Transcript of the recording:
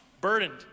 burdened